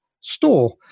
store